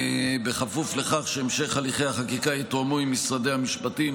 בכפוף לכך שהמשך הליכי החקיקה יתואמו עם משרדי המשפטים,